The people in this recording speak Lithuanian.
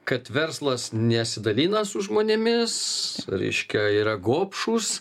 kad verslas nesidalina su žmonėmis reiškia yra gobšūs